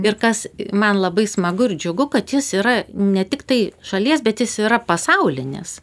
ir kas man labai smagu ir džiugu kad jis yra ne tiktai šalies bet jis yra pasaulinis